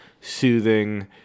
soothing